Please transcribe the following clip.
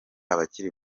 abakiri